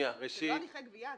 זה לא הליכי גבייה.